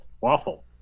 waffle